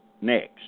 next